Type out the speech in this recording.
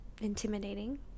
intimidating